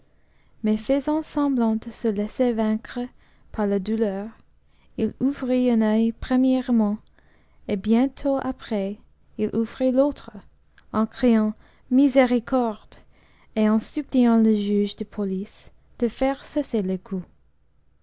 mais faisant semblant de se laisser vaincre par la douleur il ouvrit un ceil premièrement et bientôt après il ouvrit l'autre en criant miséricorde et en suppliant le juge de police de faire cesser les coups